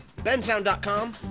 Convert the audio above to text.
bensound.com